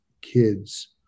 kids